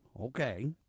Okay